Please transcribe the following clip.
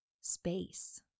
space